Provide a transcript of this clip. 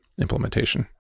implementation